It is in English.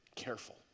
careful